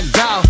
go